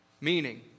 Meaning